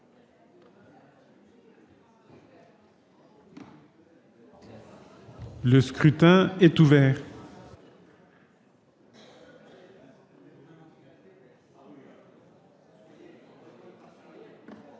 Le scrutin est ouvert.